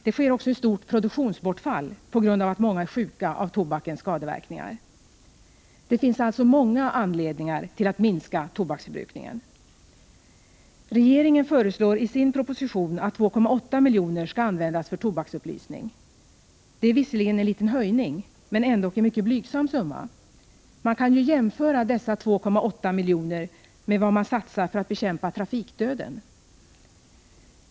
Det sker också ett stort produktionsbortfall på grund av att många är sjuka till följd av tobakens skadeverkningar. Det finns alltså många anledningar till att minska tobaksförbrukningen. Regeringen föreslår i sin proposition att 2,8 milj.kr. skall användas för tobaksupplysning. Det är visserligen en höjning, men ändå en mycket blygsam summa. Man kan ju jämföra dessa 2,8 milj.kr. med vad som satsas på att bekämpa trafikdöden.